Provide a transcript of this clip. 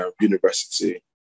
university